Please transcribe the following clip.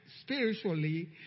spiritually